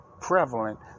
prevalent